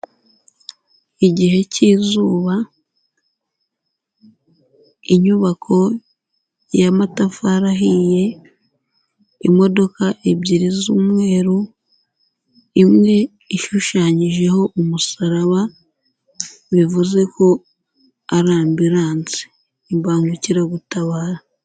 Igihe cy'izuba inyubako y'amatafari ahiye, imodoka ebyiri z'umweru, imwe ishushanyijeho umusaraba bivuze ko ari ambiranse imbangukiragutabara.